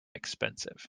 expensive